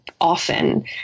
Often